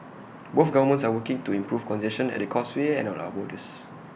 both governments are working to improve congestion at the causeway and at our borders